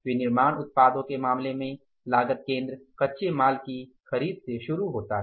विनिर्माण उत्पादों के मामले में लागत केंद्र कच्चे माल की खरीद से शुरू होता है